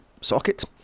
socket